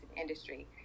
industry